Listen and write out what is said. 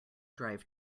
drive